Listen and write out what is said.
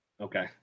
Okay